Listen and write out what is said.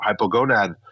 hypogonad